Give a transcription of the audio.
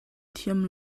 thiam